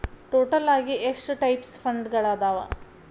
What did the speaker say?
total ಆಗಿ ಎಷ್ಟ types ಫಂಡ್ಗಳದಾವ